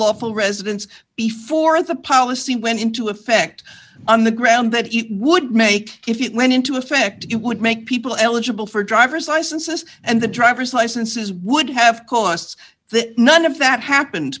lawful residents before the policy went into effect on the ground that you would make if you went into effect you would make people eligible for driver's licenses and the driver's licenses would have costs that none of that happened